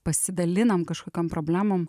pasidalinam kažkokiom problemom